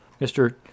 Mr